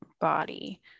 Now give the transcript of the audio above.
body